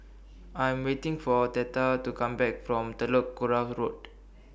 I Am waiting For Theta to Come Back from Telok Kurau Road